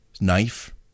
knife